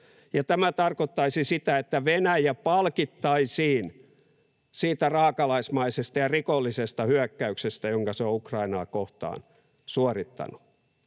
Tämä tarkoittaisi sitä, että Venäjä palkittaisiin siitä raakalaismaisesta ja rikollisesta hyökkäyksestä, jonka se on Ukrainaa kohtaan suorittanut.